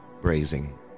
brazing